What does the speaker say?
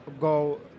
go